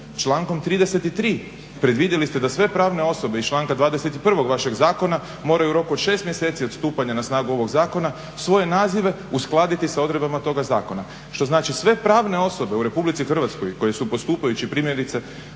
Člankom 33. predvidjeli ste da sve pravne osobe iz članka 21. vašeg zakona moraju u roku od 6 mjeseci od stupanja na snagu ovog zakona svoje nazive uskladiti s odredbama toga zakona, što znači sve pravne osobe u Republici Hrvatskoj koje su postupajući primjerice